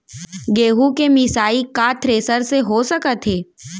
गेहूँ के मिसाई का थ्रेसर से हो सकत हे?